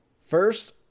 first